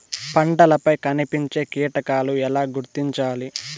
పంటలపై కనిపించే కీటకాలు ఎలా గుర్తించాలి?